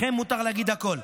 לכם מותר להגיד הכול.